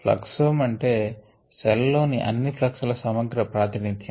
fluxome అంటే cell లోని అన్ని ఫ్లక్స్ ల సమగ్ర ప్రాతినిధ్యం